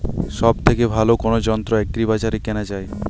সব থেকে ভালো কোনো যন্ত্র এগ্রি বাজারে কেনা যায়?